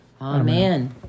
Amen